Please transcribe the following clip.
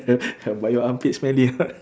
but your armpit smelly or not